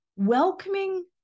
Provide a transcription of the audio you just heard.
welcoming